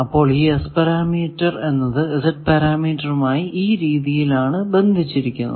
അപ്പോൾ ഈ S parameter എന്നത് Z പരാമീറ്ററുമായി ഈ രീതിയിൽ ബന്ധിച്ചിരിക്കുന്നു